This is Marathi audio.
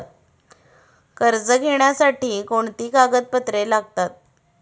कर्ज घेण्यासाठी कोणती कागदपत्रे लागतात?